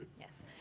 yes